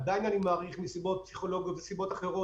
עדיין אני מעריך שמסיבות פסיכולוגיות וסיבות אחרות